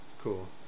Cool